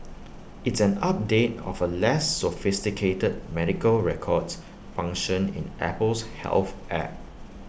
it's an update of A less sophisticated medical records function in Apple's health app